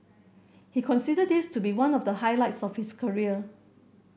he considers this to be one of the highlights of his career